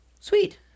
sweet